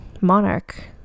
monarch